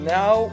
now